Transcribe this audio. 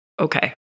okay